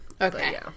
Okay